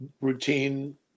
routine